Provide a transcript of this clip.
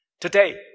Today